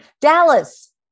Dallas